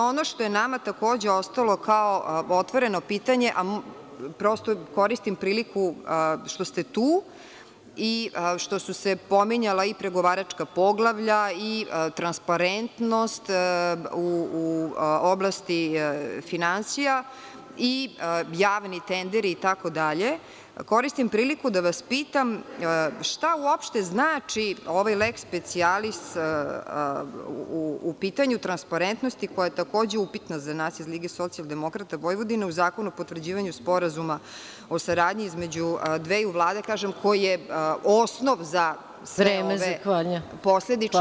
Ono što je nama takođe ostalo kao otvoreno pitanje, a prosto koristim priliku što ste tu i što su se pominjala i pregovaračka poglavlja i transparentnost u oblasti finansija i javni tenderi itd, koristim priliku da vas pitam šta uopšte znači ovaj leks specijalis u pitanju transparentnosti, koja je takođe upitna za nas iz LSV u zakonu o potvrđivanju sporazuma o saradnji između dveju vlade, koji je osnov za sve posledične